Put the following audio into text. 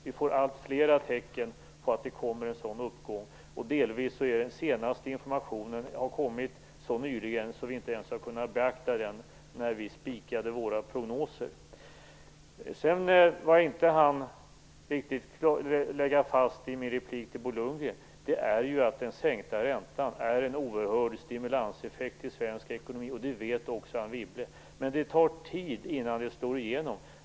Vi får alltfler tecken på att det kommer en sådan uppgång, och den senaste informationen är delvis så ny att vi inte ens har kunnat beakta den när vi spikade våra prognoser. En sak som jag inte hann lägga fast i replik till Bo Lundgren är att den sänkta räntan har en oerhörd stimulanseffekt i svensk ekonomi, och det vet också Anne Wibble. Men det tar tid innan den slår igenom.